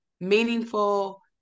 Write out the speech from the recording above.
meaningful